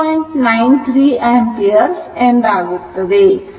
93 ampere ಎಂದು ಎಂದಾಗುತ್ತದೆ